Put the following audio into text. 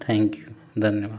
thank you धन्यवाद